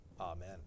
Amen